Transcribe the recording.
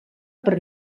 per